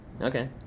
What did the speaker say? Okay